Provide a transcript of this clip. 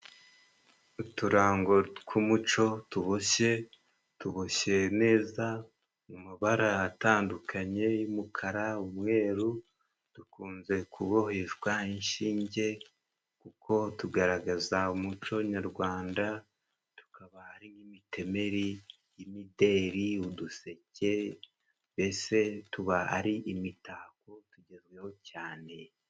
Uturango tw'umuco tuboshye, tuboshye neza mu mabara atandukanye y'umukara, umweru. Dukunze kuboheshwa inshinge kuko tugaragaza umuco nyarwanda, tukaba ari nk'imitemeri y'imideli. Uduseke mbese tuba ari imitako tugezweho cyane.